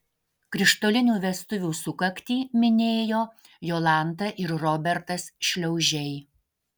krištolinių vestuvių sukaktį minėjo jolanta ir robertas šliaužiai